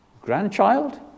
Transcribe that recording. Grandchild